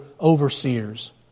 overseers